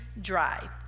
dry